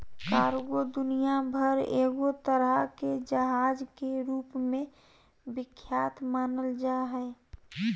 cargo दुनिया भर मे एगो तरह के जहाज के रूप मे विख्यात मानल जा हय